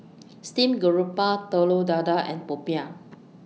Steamed Garoupa Telur Dadah and Popiah